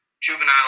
juvenile